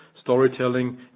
Storytelling